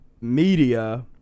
media